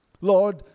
Lord